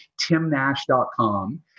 timnash.com